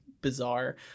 bizarre